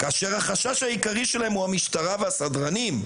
כאשר החשש העיקרי שלהם הוא המשטרה והסדרנים".